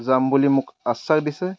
যাম বুলি মোক আশ্বাস দিছে